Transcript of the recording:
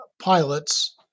pilots